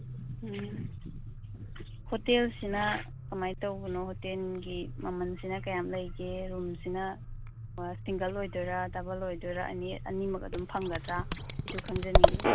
ꯎꯝ ꯍꯣꯇꯦꯜꯁꯤꯅ ꯀꯃꯥꯏꯅ ꯇꯧꯕꯅꯣ ꯍꯣꯇꯦꯜꯒꯤ ꯃꯃꯟꯁꯤꯅ ꯀꯌꯥꯝ ꯂꯩꯒꯦ ꯔꯨꯝꯁꯤꯅ ꯑꯥ ꯁꯤꯡꯒꯜ ꯑꯣꯏꯗꯣꯏꯔꯥ ꯗꯕꯜ ꯑꯣꯏꯗꯣꯏꯔꯥ ꯑꯅꯤꯃꯛ ꯑꯗꯨꯝ ꯐꯪꯒꯗ꯭ꯔꯥ ꯁꯤꯁꯨ ꯈꯪꯖꯅꯤꯡꯏ